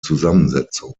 zusammensetzung